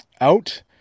out